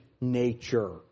nature